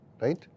right